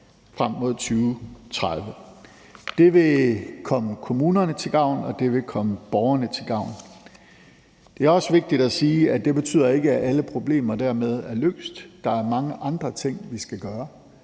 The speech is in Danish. frem mod 2030. Det vil komme kommunerne til gavn, og det vil komme borgerne til gavn. Det er også vigtigt at sige, at det ikke betyder, at alle problemer dermed er løst. Der er mange andre ting, vi skal gøre.